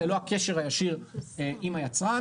ללא הקשר הישיר עם היצרן.